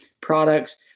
products